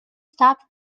stop